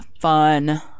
fun